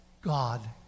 God